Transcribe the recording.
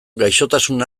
gaixotasun